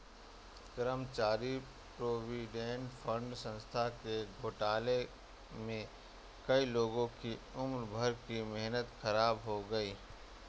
कर्मचारी provident fund संस्था के घोटाले में कई लोगों की उम्र भर की मेहनत ख़राब हो गयी